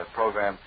program